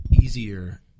easier